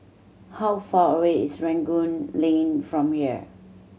how far away is Rangoon Lane from here